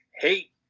hate